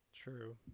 True